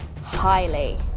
highly